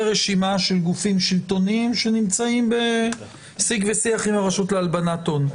רשימה של גופים שלטוניים שנמצאים בשיג ושיח עם הרשות להלבנת הון.